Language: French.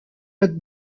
côte